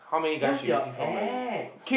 who's your ex